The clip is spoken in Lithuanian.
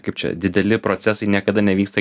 kaip čia dideli procesai niekada nevyksta